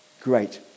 Great